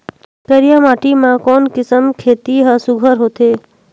करिया माटी मा कोन किसम खेती हर सुघ्घर होथे?